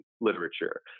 literature